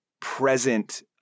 present